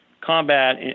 combat